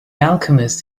alchemist